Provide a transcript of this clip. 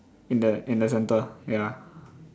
in the in the center ya